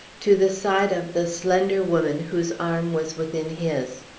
to the side of the slender woman whose arm was within his.